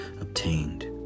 obtained